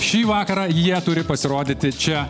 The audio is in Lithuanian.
šį vakarą jie turi pasirodyti čia